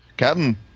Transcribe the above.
Captain